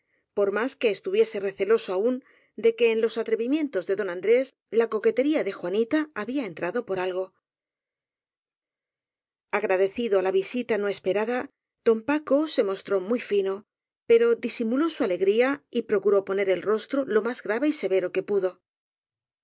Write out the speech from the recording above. por más que estuviese receloso aun de que en los atrevimientos de don andrés la coquetería de juanita había entrado por algo agradecido á la visita no esperada don acó se fc mostró muy fino pero disimuló su alegría y pro curó poner el rostro lo más grave y severo que pudo